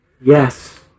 Yes